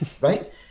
right